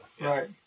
Right